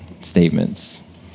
statements